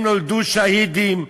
הם נולדו שהידים,